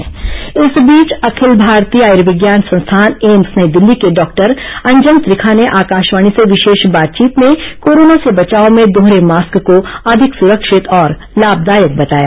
corona appeal इस बीच अखिल भारतीय आयूर्विज्ञान संस्थान एम्स नई दिल्ली के डॉक्टर अंजन त्रिखा ने आकाशवाणी से विशेष बात चीत में कोरोना से बचाव में दोहरे मास्क को अधिक सुरक्षित और लामदायक बताया